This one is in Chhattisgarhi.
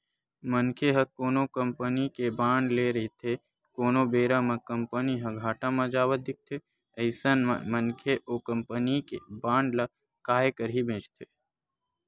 मनखे ह कोनो कंपनी के बांड ले रहिथे कोनो बेरा म कंपनी ह घाटा म जावत दिखथे अइसन म मनखे ओ कंपनी के बांड ल काय करही बेंचथे